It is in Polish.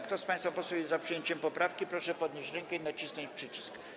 Kto z państwa posłów jest za przyjęciem poprawki, proszę podnieść rękę i nacisnąć przycisk.